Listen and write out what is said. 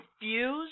confused